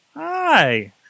Hi